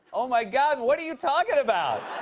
oh, my god, what are you talking about?